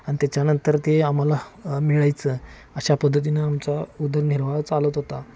आणि त्याच्यानंतर ते आम्हाला मिळायचं अशा पद्धतीनं आमचा उदरनिर्वाह चालत होता